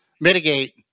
mitigate